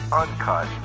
uncut